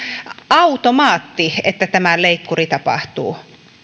automaatti että tämä leikkuri tapahtuu